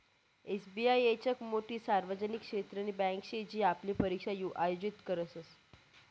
SBI येकच मोठी सार्वजनिक क्षेत्रनी बँके शे जी आपली परीक्षा आयोजित करस